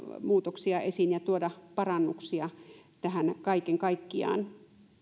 muutoksia esiin ja tuoda parannuksia tähän kaiken kaikkiaan